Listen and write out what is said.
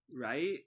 Right